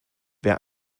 wer